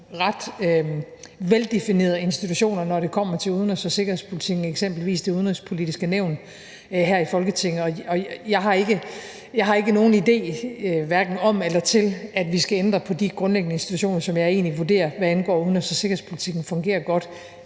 ret veldefinerede institutioner, når det kommer til udenrigs- og sikkerhedspolitikken, eksempelvis Det Udenrigspolitiske Nævn her i Folketinget. Jeg har ikke nogen idé hverken om eller til, at vi skal ændre på de grundlæggende institutioner, som jeg egentlig vurderer, hvad angår udenrigs- og sikkerhedspolitikken, fungerer godt,